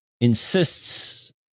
insists